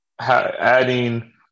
adding